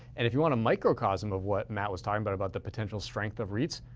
and if you want a microcosm of what matt was talking about, about the potential strength of reits,